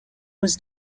was